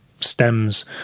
stems